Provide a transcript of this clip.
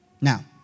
Now